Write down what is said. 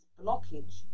blockage